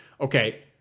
Okay